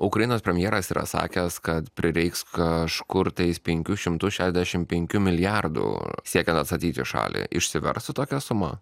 ukrainos premjeras yra sakęs kad prireiks kažkur tais penkių šimtų šešdešim penkių milijardų siekiant atstatyti šalį išsiverstų tokia suma